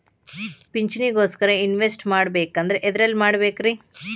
ಪಿಂಚಣಿ ಗೋಸ್ಕರ ಇನ್ವೆಸ್ಟ್ ಮಾಡಬೇಕಂದ್ರ ಎದರಲ್ಲಿ ಮಾಡ್ಬೇಕ್ರಿ?